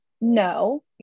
no